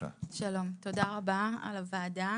על הוועדה